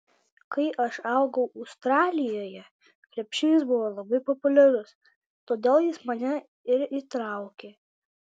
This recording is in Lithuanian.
kai aš augau australijoje krepšinis buvo labai populiarus todėl jis mane ir įtraukė